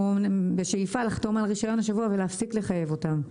בשאיפה לחתום על הרישיון השבוע ולהפסיק לחייב אותם.